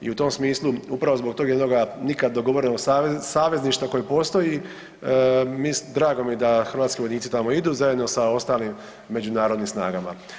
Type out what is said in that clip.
I u tom smislu upravo zbog tog jednoga nikad dogovorenog savezništva koje postoji, drago mi je da hrvatski vojnici tamo idu zajedno sa ostalim međunarodnim snagama.